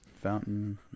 fountain